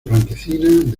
blanquecina